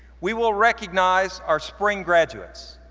we will recognize our spring graduates.